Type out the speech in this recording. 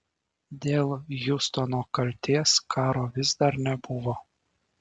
dėl hiustono kaltės karo vis dar nebuvo